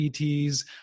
ETs